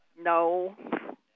No